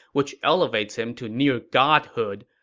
which elevates him to near god-hood.